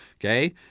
okay